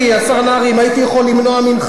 אם הייתי יכול למנוע ממך כל מיני דברים,